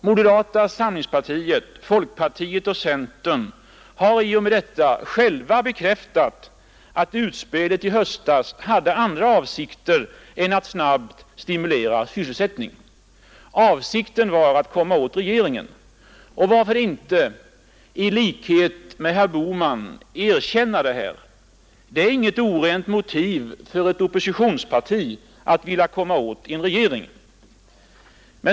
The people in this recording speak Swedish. Moderata samlingspartiet, folkpartiet och centern har i och med detta själva bekräftat att utspelet i höstas hade andra avsikter än att snabbt stimulera sysselsättningen. Avsikten var att komma åt regeringen. Och varför inte i likhet med herr Bohman erkänna detta? Det är inget orent motiv för ett oppositionsparti att vilja komma åt en regering.